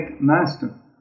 master